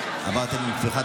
אמרתם שזה בתמיכת